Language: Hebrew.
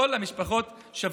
שלפיה כל המשפחות שוות.